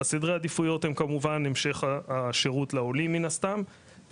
סדרי העדיפויות הם כמובן המשך שירות לעולים מן הסתם,